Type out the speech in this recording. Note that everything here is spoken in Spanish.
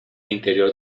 interior